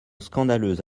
scandaleuse